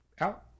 out